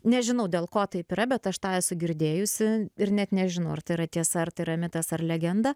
nežinau dėl ko taip yra bet aš tą esu girdėjusi ir net nežinau ar tai yra tiesa ar tai yra mitas ar legenda